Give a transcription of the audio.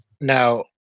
Now